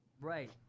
Right